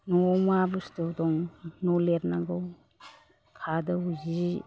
न'आव मा बुस्थु दं न' लिरनांगौ खादौ सि